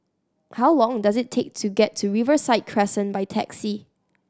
how long does it take to get to Riverside Crescent by taxi